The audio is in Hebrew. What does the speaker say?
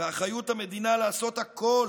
ואחריות המדינה לעשות הכול